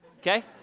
okay